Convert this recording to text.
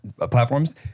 platforms